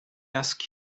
ask